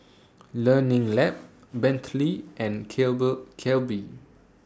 Learning Lab Bentley and Calbee